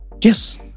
Yes